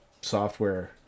software